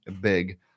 Big